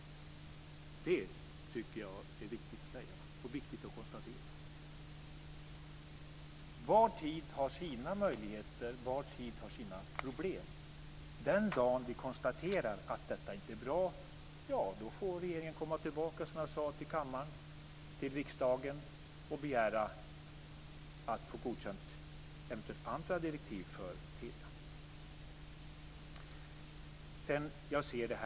Det tycker jag är viktigt att säga och viktigt att konstatera. Var tid har sina möjligheter och var tid har sina problem. Den dagen vi konstaterar att detta inte är bra får regeringen komma tillbaka till riksdagen och begära att få eventuella andra direktiv för Telia godkända.